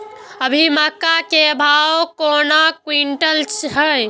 अभी मक्का के भाव केना क्विंटल हय?